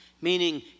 meaning